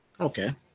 Okay